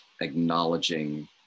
acknowledging